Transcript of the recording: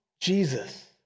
Jesus